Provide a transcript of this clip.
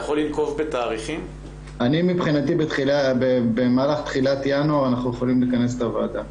אני מבחינתי במהלך תחילת ינואר ניתן לכנס את הוועדה.